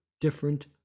different